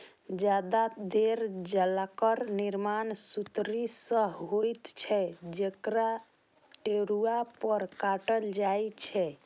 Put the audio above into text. जादेतर जालक निर्माण सुतरी सं होइत छै, जकरा टेरुआ पर काटल जाइ छै